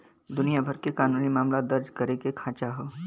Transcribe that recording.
दुनिया भर के कानूनी मामला दर्ज करे के खांचा हौ